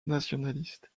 nationalistes